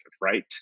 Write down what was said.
right